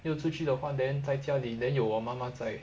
没有出去的话 then 在家里 then 有我妈妈在